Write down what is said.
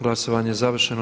Glasovanje je završeno.